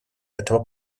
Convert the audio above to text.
этого